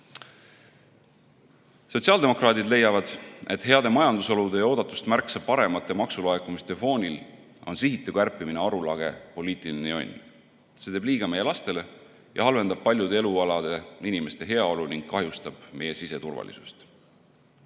Sotsiaaldemokraadid leiavad, et heade majandusolude ja oodatust märksa paremate maksulaekumiste foonil on sihitu kärpimine arulage poliitiline jonn. See teeb liiga meie lastele ja halvendab paljude elualade inimeste heaolu ning kahjustab meie siseturvalisust. Aga